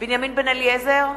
בנימין בן-אליעזר,